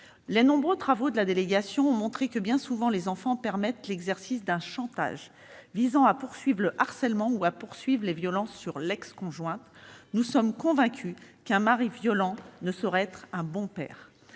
Les nombreux travaux de la délégation ont montré que, bien souvent, l'existence d'enfants permet l'exercice d'un chantage visant à poursuivre le harcèlement ou les violences sur l'ex-conjointe ; nous sommes convaincus qu'un mari violent ne saurait être un bon père.